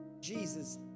Jesus